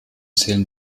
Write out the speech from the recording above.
zählen